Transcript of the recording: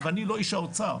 ואני לא איש האוצר,